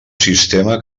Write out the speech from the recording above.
sistema